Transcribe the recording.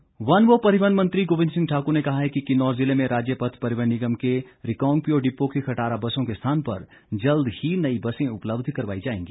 गोविंद ठाक्र वन व परिवहन मंत्री गोविंद सिंह ठाकुर ने कहा है कि किन्नौर जिले में राज्य पथ परिवहन निगम के रिकांगपिओ डिपो की खटारा बसों के स्थान पर जल्द ही नई बसें उपलब्ध करवाई जाएगी